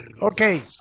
Okay